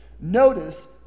Notice